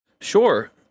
Sure